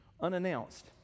unannounced